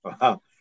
Wow